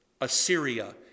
Assyria